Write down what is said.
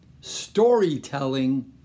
storytelling